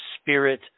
spirit